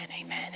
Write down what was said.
amen